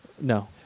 No